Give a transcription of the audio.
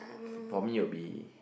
for me will be